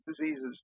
diseases